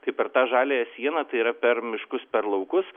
tai per tą žaliąją sieną tai yra per miškus per laukus